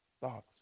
thoughts